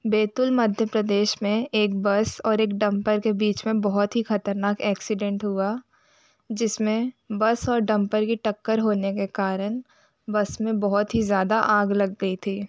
बैतुल मध्य प्रदेश में एक बस और एक डंपर के बीच में बहुत ही ख़तरनाक एक्सीडेंट हुआ जिसमें बस और डंपर की टक्कर होने के कारण बस में बहुत ही ज़्यादा आग लग गई थी